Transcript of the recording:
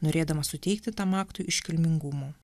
norėdamas suteikti tam aktui iškilmingumo